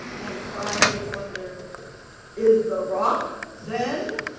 and cried in wonder is the rock, then,